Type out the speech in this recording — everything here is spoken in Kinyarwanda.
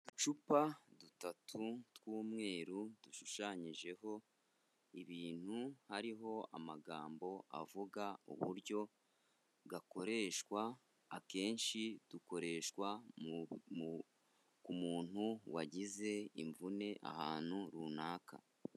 Uducupa dutatu tw'umweru dushushanyijeho ibintu, hariho amagambo avuga uburyo gakoreshwa, akenshi dukoreshwa ku muntu wagize imvune ahantu runaka.